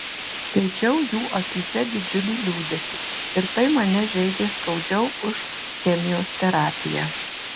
skaičiau jų akyse didžiulį liūdesį ir tai mane žeidė skaudžiau už chemijos terapiją